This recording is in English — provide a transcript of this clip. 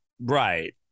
Right